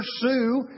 pursue